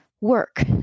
work